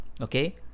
okay